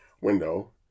window